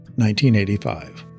1985